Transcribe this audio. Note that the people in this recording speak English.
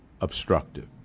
obstructive